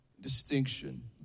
distinction